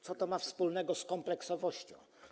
Co to ma wspólnego z kompleksowością?